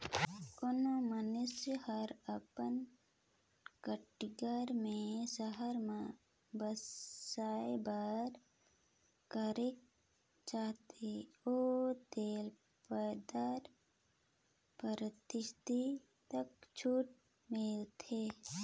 कोनो मइनसे हर ओपन कटेगरी में सहर में बयपार करेक चाहत अहे तेला पंदरा परतिसत तक छूट मिलथे